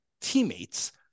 teammates